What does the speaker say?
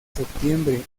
septiembre